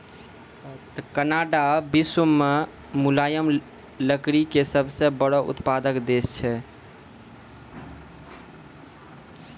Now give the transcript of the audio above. Canada विश्व मॅ मुलायम लकड़ी के सबसॅ बड़ो उत्पादक देश छै